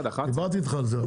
דיברתי איתך על זה.